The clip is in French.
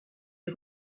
est